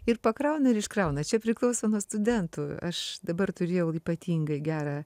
ir pakrauna ir iškrauna čia priklauso nuo studentų aš dabar turėjau ypatingai gerą